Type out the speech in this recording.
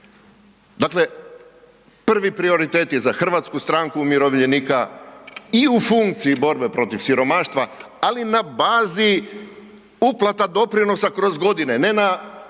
Dakle, prvi prioritet je za HSU i u funkciji borbe protiv siromaštva, ali i na bazi uplata doprinosa kroz godine, ne na